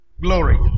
Glory